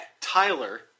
Tyler